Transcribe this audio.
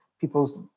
people's